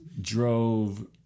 drove